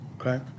Okay